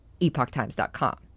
epochtimes.com